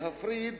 להפריד,